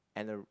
and a